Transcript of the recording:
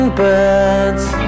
birds